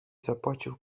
zapłacił